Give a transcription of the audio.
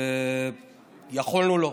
ויכולנו לו.